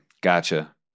Gotcha